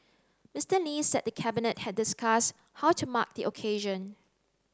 Mister Lee said the Cabinet had discuss how to mark the occasion